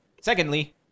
secondly